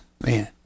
Man